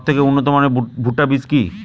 সবথেকে উন্নত মানের ভুট্টা বীজ কি?